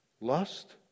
Lust